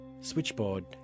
Switchboard